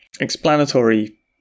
explanatory